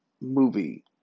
movie